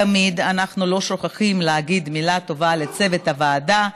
תמיד אנחנו לא שוכחים להגיד מילה טובה לצוות הוועדה,